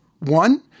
One